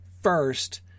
First